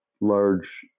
large